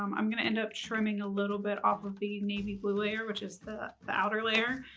i'm gonna end up trimming a little bit off of the navy blue layer, which is the outer layer.